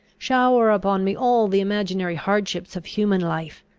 shower upon me all the imaginary hardships of human life!